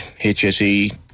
HSE